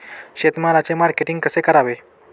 शेतमालाचे मार्केटिंग कसे करावे?